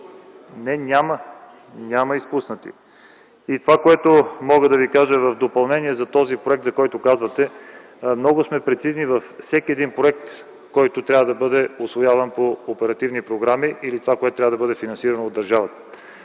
Не, няма! Няма изпуснати! И това, което мога да Ви кажа в допълнение за този проект, за който говорихте – много сме прецизни за всеки един проект, който трябва да бъде усвояван по оперативни програми или това, което трябва да бъде финансирано от държавата.